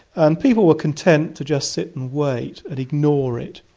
and people were content to just sit and wait and ignore it.